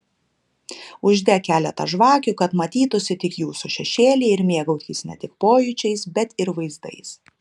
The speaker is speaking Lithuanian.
uždek keletą žvakių kad matytųsi tik jūsų šešėliai ir mėgaukis ne tik pojūčiais bet ir vaizdais